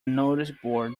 noticeboard